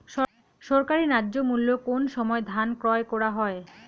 সরকারি ন্যায্য মূল্যে কোন সময় ধান ক্রয় করা হয়?